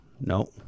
No